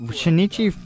Shinichi